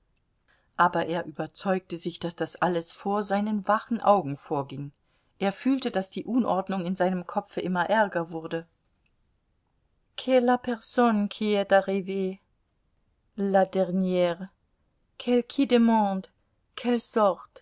aber er überzeugte sich daß das alles vor seinen wachenden augen vorging er fühlte daß die unordnung in seinem kopfe immer ärger wurde